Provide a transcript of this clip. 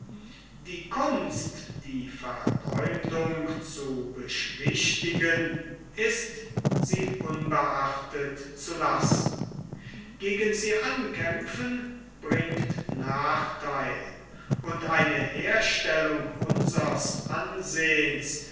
die kunst die verläumdung zu beschwichtigen ist sie unbeachtet zu lassen gegen sie ankämpfen bringt nachtheil und eine herstellung unsers ansehns